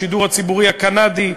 השידור הציבורי הקנדי,